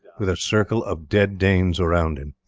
with a circle of dead danes around him.